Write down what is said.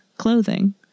clothing